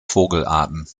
vogelarten